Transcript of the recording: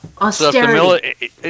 Austerity